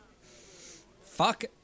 Fuck